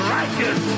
righteous